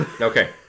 Okay